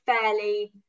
fairly